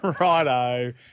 Righto